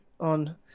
on